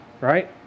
right